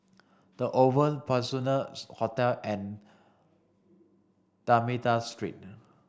The Oval Peninsula Hotel and D'almeida Street